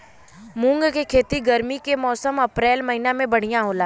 मुंग के खेती गर्मी के मौसम अप्रैल महीना में बढ़ियां होला?